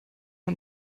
man